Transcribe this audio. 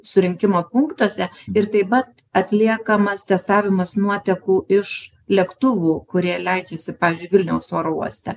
surinkimo punktuose ir taip pat atliekamas testavimas nuotekų iš lėktuvų kurie leidžiasi pavyzdžiui vilniaus oro uoste